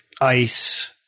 ice